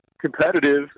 competitive